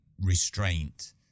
restraint